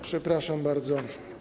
Przepraszam bardzo.